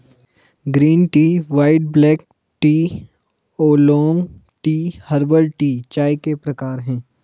green tea white black tea oolong tea herbal tea चाय के प्रकार है